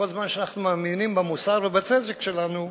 כל זמן שאנחנו מאמינים במוסר ובצדק שלנו.